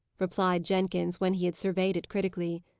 replied jenkins, when he had surveyed it critically.